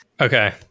Okay